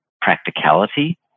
practicality